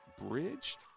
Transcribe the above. bridge